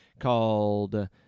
called